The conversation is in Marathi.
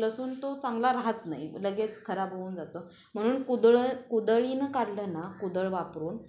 लसूण तो चांगला राहत नाही लगेच खराब होऊन जातं म्हणून कुदळ कुदळीनं काढलं ना कुदळ वापरून